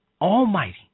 Almighty